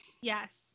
Yes